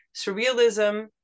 surrealism